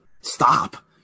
stop